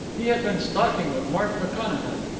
he had been stalking with mark mcconachan.